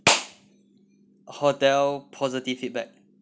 hotel positive feedback